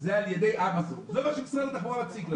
על ידי אמזון, זה מה שמשרד התחבורה מציג לנו.